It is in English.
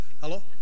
Hello